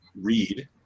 read